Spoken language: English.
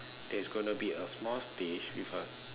there's going to be a small space with a